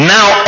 Now